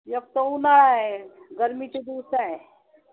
एक तर उन्हाळा आहे गर्मीचे दिवस आहे